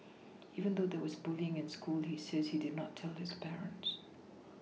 even though there was bullying in school he says he did not tell his parents